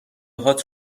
هات